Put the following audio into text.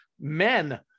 men